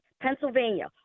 Pennsylvania